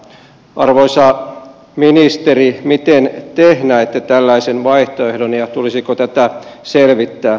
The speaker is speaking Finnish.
arvoisa ministeri miten te näette tällaisen vaihtoehdon ja tulisiko tätä selvittää